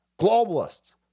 Globalists